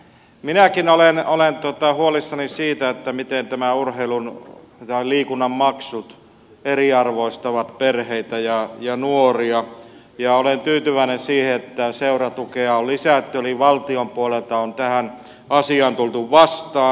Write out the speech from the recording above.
minäkin olen huolissani siitä miten nämä liikunnan maksut eriarvoistavat perheitä ja nuoria ja olen tyytyväinen siihen että seuratukea on lisätty eli valtion puolelta on tässä asiassa tultu vastaan